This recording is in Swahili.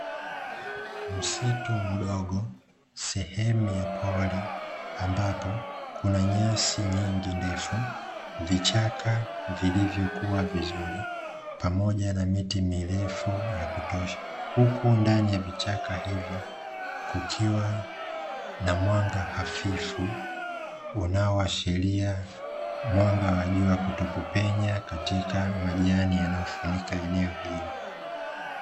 Msitu mdogo, sehemu ya pori, ambapo kuna nyasi nyingi ndefu, vichaka vilivyokua vizuri pamoja na miti mirefu ya kutosha. Huku ndani ya vichaka hivyo, kukiwa na mwanga hafifu unaoashiria mwanga wa jua kutokupenya, katika majani yanayofunika eneo hilo.